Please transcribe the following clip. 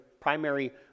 primary